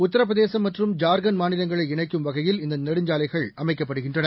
உத்தரபிரதேசம் மற்றும் ஜார்கண்ட் மாநிலங்களை இணைக்கும் வகையில் இந்த நெடுஞ்சாலைகள் அமைக்கப்படுகின்றன